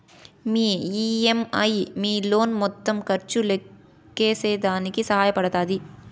మీ EMI మీ loan మొత్తం ఖర్చు లెక్కేసేదానికి సహాయ పడతాది